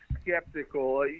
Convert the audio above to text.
skeptical